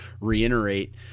reiterate